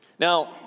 Now